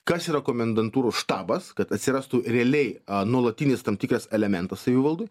kas yra komendantūrų štabas kad atsirastų realiai a nuolatinis tam tikras elementas savivaldų